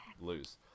lose